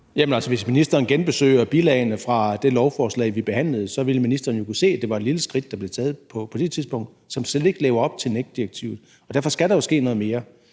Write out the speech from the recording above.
hvis ministeren genbesøger bilagene fra det lovforslag, vi behandlede, vil ministeren jo kunne se, at det var et lille skridt, der blev taget på det tidspunkt, som slet ikke lever op til NEC-direktivet, og derfor skal der jo ske noget mere.